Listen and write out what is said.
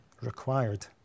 required